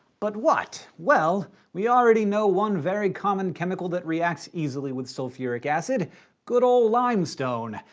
but what? well, we already know one very common chemical that reacts easily with sulfuric acid good old limestone,